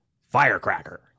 firecracker